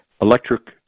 Electric